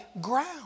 ground